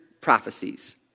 prophecies